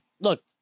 look